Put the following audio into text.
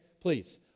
please